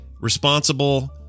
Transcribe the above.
responsible